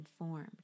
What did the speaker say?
informed